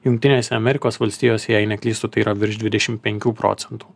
jungtinėse amerikos valstijose jei neklystu tai yra virš dvidešim penkių procetų